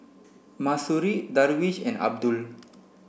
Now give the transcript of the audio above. Mahsuri Darwish and Abdul